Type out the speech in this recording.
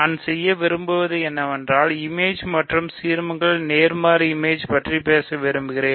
நான் செய்ய விரும்புவது என்னவென்றால் இமேஜ் மற்றும் சீர்மங்களின் நேர்மாறு இமேஜ் பற்றி பேச விரும்புகிறேன்